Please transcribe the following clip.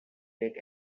take